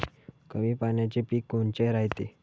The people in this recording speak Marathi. कमी पाण्याचे पीक कोनचे रायते?